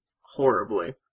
horribly